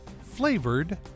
flavored